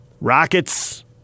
Rockets